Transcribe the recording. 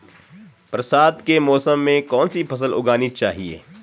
बरसात के मौसम में कौन सी फसल उगानी चाहिए?